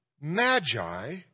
magi